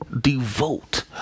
devote